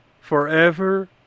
forever